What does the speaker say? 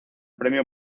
premio